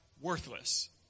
worthless